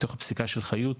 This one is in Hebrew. מתוך הפסיקה של חיות.